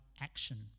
action